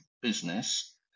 business